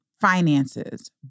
finances